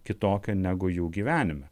kitokio negu jų gyvenime